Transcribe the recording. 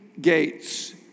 gates